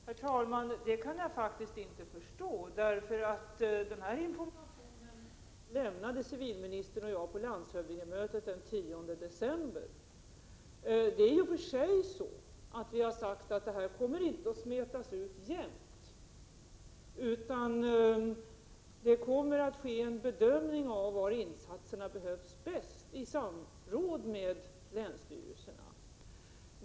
Herr talman! Det kan jag faktiskt inte förstå. Den här informationen lämnade civilministern och jag på landshövdingemötet den 10 december. Det är i och för sig så att vi har sagt att det här inte kommer att smetas ut jämnt, utan det kommer att ske en bedömning av var insatserna bäst behövs, i samråd med länsstyrelserna.